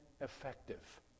effective